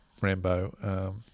Rambo